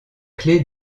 clé